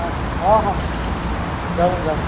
ହଁ ହଁ ହଁ ଯାଉନ ଯାଉନ